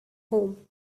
home